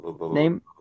Name